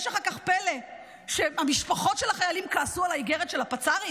יש אחר כך פלא שהמשפחות של החיילים כעסו על האיגרת של הפצ"רית?